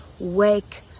wake